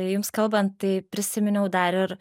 jums kalbant tai prisiminiau dar ir